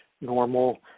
normal